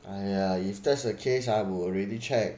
ah yeah if that's the case I would already check